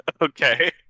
Okay